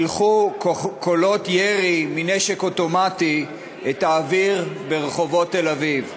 פילחו קולות ירי מנשק אוטומטי את האוויר ברחובות תל-אביב.